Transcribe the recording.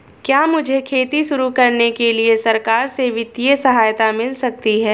क्या मुझे खेती शुरू करने के लिए सरकार से वित्तीय सहायता मिल सकती है?